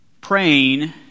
praying